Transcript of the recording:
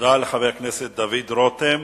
תודה לחבר הכנסת דוד רותם.